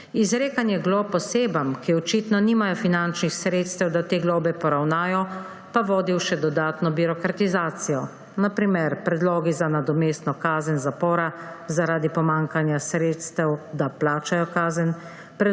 Izrekanje glob osebam, ki očitno nimajo finančnih sredstev, da te globe poravnajo, pa vodi v še dodatno birokratizacijo, na primer predlogi za nadomestno kazen zapora zaradi pomanjkanja sredstev, da plačajo kazen,